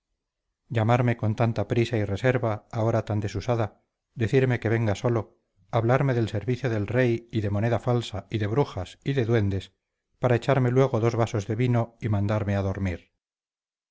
llamarme con tanta prisa y reserva y a hora tan desusada decirme que venga solo hablarme del servicio del rey y de moneda falsa y de brujas y de duendes para echarme luego dos vasos de vino y mandarme a dormir